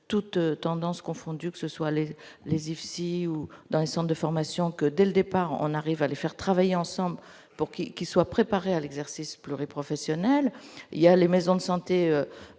toutes tendances confondues, que ce soit les les IFSI ou dans un centre de formation que dès le départ, on arrive à les faire travailler ensemble pour qui qui soit préparés à l'exercice pleurer professionnel il y a les maisons de santé,